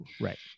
Right